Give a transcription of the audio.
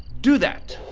do that.